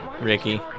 Ricky